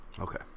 Okay